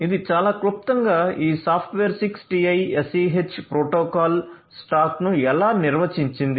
ఇది చాలా క్లుప్తంగా ఈ సాఫ్ట్వేర్ 6TiSCH ప్రోటోకాల్ స్టాక్ను ఎలా నిర్వచించింది